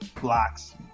Blocks